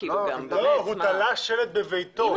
הוא תלה שלט בביתו.